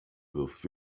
wirft